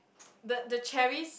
the the cherries